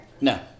No